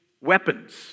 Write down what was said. weapons